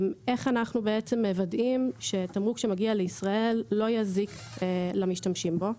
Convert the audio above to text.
איך אנחנו מוודאים שתמרוק שמגיע לישראל לא יזיק למשתמשים בו.